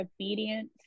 obedience